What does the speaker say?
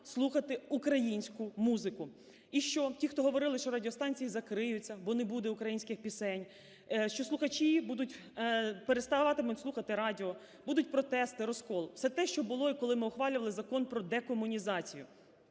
слухати українську музику. І що, ті, хто говорили, що радіостанції закриються, бо не буде українських пісень, що слухачі будуть, переставатимуть слухати радіо, будуть протести, розкол – все те, що було і коли ми ухвалювали Закон про декомунізацію.